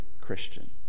Christian